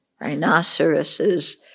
rhinoceroses